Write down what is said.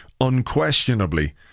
unquestionably